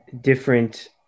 different